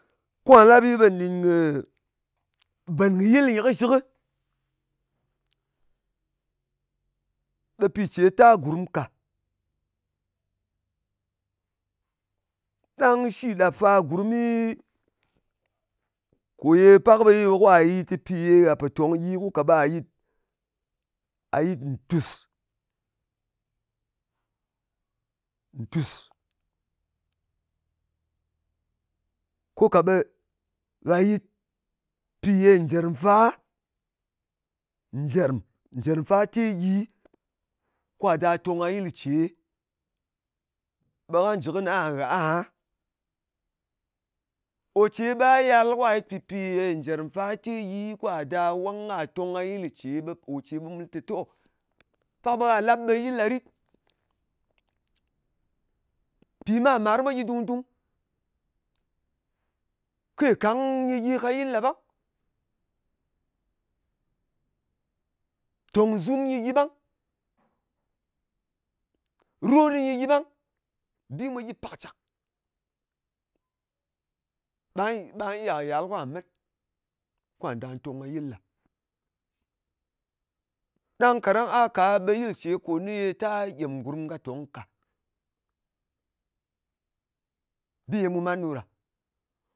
Kwa la ɗi, ɓe nɗin kɨ bèn kɨ yɨl nyɨ kɨshɨk, ɓe pi ce ta gurm ka. Ɗang shi ɗap fa gurmi, ko ye pak ɓe yiwu ka yit pɨpi ye gha pò tòng gyi. Ka ɓa yɨt ntɨs. Ntɨ̀s. Ko ka ɓe gha yɨt pi ye ngerm fa, ngèrm, ngèrm, fa te gyi kwa da tong ka yɨl ce, ɓe kɨ jɨ kɨni a, gha aha. Ò ce ɓa yal ka yɨt pɨpi ye ngèrm fa te gyi, kwa da wang ka tong ka yɨl ce, ɓe o ce ɓe mu lɨ tè to, pak ce ɓe ghà lap ɓe yɨl ɗa rit. Pì màr-màr mwa gyɨ dung-dung. Kekang nyɨ ka yɨl ɗa ɓang. Tong zum nyɨ gyɨ ɓang. Rot nyɨ gyɨ ɓang. Bi mwa gyɨ pàkcàk. Ɓa iya kɨ yal kà met kwà ndà tong ka yɨl ɗa. Ɗang kaɗang a ka, ɓe yɨl ce kò ni ta gyem gurm kake tong ka. Bi ye mu man ɗo ɗa.